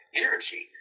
energy